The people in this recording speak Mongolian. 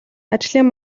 ажлын